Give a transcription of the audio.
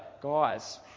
guys